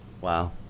Wow